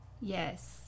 Yes